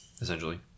essentially